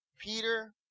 Peter